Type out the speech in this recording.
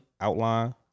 outline